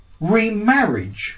remarriage